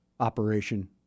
operation